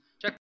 Check